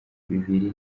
bibiri